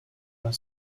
are